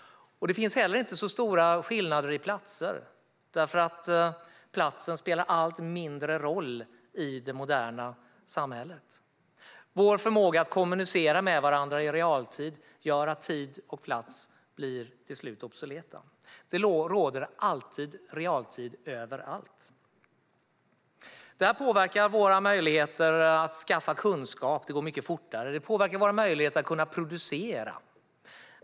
Det finns heller inte särskilt stora skillnader i platser, för platsen spelar allt mindre roll i det moderna samhället. Vår förmåga att kommunicera med varandra i realtid gör att tid och plats till slut blir obsoleta. Det råder alltid realtid, överallt. Detta påverkar våra möjligheter att skaffa kunskap. Det går mycket fortare. Det påverkar våra möjligheter att producera.